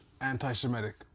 anti-Semitic